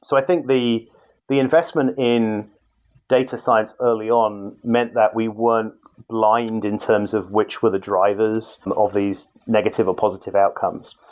so i think the the investment in data science early on meant that we weren't lined in terms of which were the drivers of these negative or positive outcomes.